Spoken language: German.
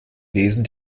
lesen